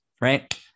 right